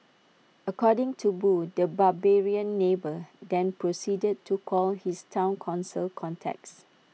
according to boo the barbarian neighbour then proceeded to call his Town Council contacts